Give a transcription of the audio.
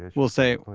will say,